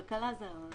משרד הכלכלה זה...